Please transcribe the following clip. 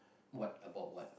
what about what